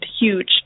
huge